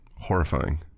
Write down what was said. horrifying